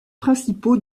principaux